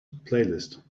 playlist